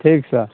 ठीकसँ